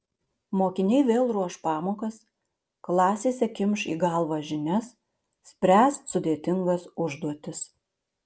mokiniai vėl ruoš pamokas klasėse kimš į galvą žinias spręs sudėtingas užduotis